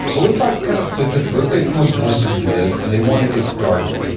but let's talk kind of specific. let's say someone's listening to this and they want to get started.